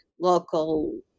local